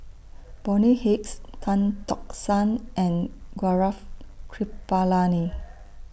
Bonny Hicks Tan Tock San and Gaurav Kripalani